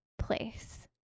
place